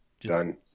Done